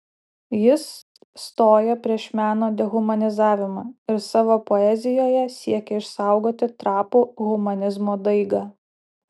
jis stoja prieš meno dehumanizavimą ir savo poezijoje siekia išsaugoti trapų humanizmo daigą